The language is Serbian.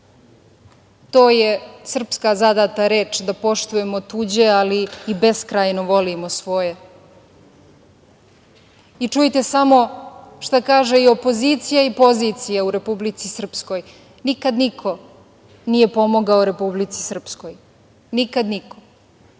je srpska zadata reč, da poštujemo tuđe, ali i beskrajno volimo svoje. Čujte samo šta kaže i opozicija i pozicija u Republici Srpskoj, nikad niko nije pomogao Republici Srpskoj, nikad niko.